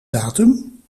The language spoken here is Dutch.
datum